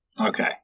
Okay